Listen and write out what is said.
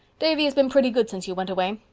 davy has been pretty good since you went away.